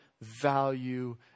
value